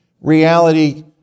reality